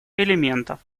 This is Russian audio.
элементов